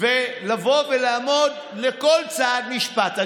ולבוא ולעמוד בכל צעד משפטי.